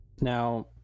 now